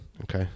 Okay